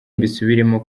mbisubiremo